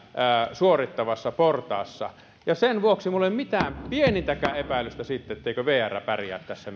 suorittavassa portaassa ja sen vuoksi minulla ei ole mitään pienintäkään epäilystä siitä etteikö vr pärjää tässä